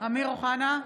אמיר אוחנה,